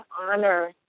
honor